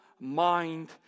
mind